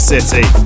City